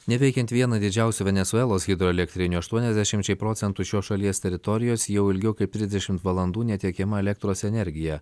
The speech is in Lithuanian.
neveikiant vieną didžiausių venesuelos hidroelektrinių aštuoniasdešimčiai procentų šios šalies teritorijos jau ilgiau kaip trisdešimt valandų netiekiama elektros energija